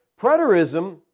Preterism